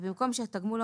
ובמקום "שהתגמול,